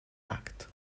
act